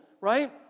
Right